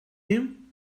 him